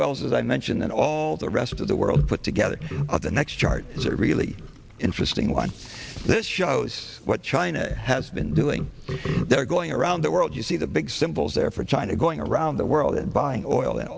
wells i mentioned that all the rest of the world put together of the next chart is a really interesting one that shows what china has been doing there going around the world you see the big symbols there for china going around the world and buying oil